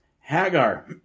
Hagar